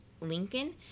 Lincoln